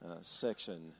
section